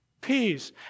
peace